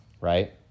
right